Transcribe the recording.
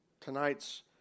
Tonight's